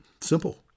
Simple